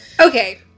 Okay